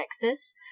texas